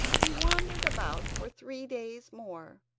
he wandered about for three days more,